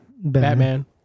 Batman